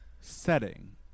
setting